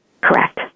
Correct